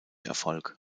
erfolg